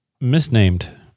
misnamed